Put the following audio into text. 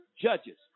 judges